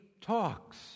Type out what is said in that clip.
talks